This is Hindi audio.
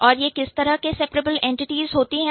और यह किस तरह की सेपरेबल एंटिटीज होती हैं